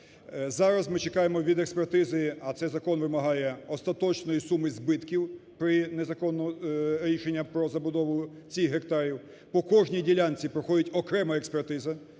Зараз ми чекаємо від експертизи, а цей закон вимагає остаточної суми збитків при незаконному рішенні про забудову цих гектарів. По кожній ділянці проходить окрема експертиза.